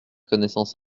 connaissance